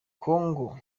congo